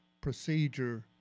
procedure